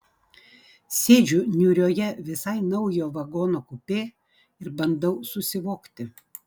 sėdžiu niūrioje visai naujo vagono kupė ir bandau susivokti